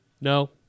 No